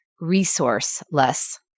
resourceless